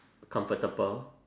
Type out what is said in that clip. comfortable